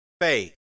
faith